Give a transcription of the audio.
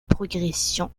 progression